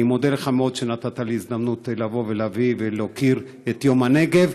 אני מודה לך מאוד שנתת לי הזדמנות להביא ולהוקיר את יום הנגב,